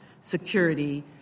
security